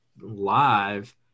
live